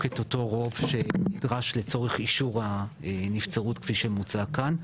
את אותו רוב שנדרש לצורך אישור הנצרות כפי שמוצע כאן.